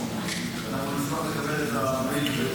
אנחנו נשמח לקבל את המייל ואת,